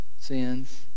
sins